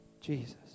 Jesus